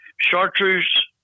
chartreuse